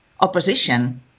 opposition